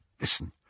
Listen